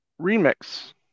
remix